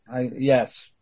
Yes